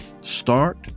start